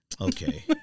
Okay